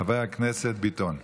חבר הכנסת ביטון.